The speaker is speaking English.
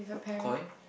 Koi